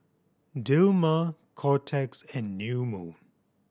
Dilmah Kotex and New Moon